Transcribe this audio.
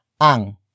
ANG